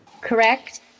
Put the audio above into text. correct